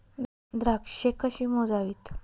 द्राक्षे कशी मोजावीत?